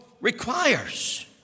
requires